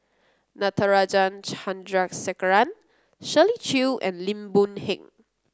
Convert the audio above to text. Natarajan Chandrasekaran Shirley Chew and Lim Boon Heng